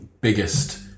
biggest